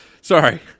Sorry